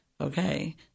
Okay